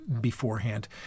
beforehand